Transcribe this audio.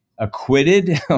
Acquitted